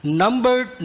numbered